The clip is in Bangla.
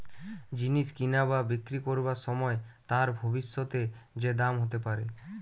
জিনিস কিনা বা বিক্রি করবার সময় তার ভবিষ্যতে যে দাম হতে পারে